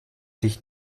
dich